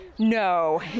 No